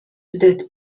that